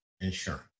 insurance